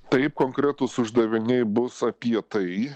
taip konkretūs uždaviniai bus apie tai